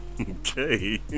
okay